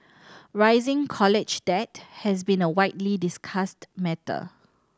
rising college debt has been a widely discussed matter